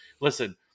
Listen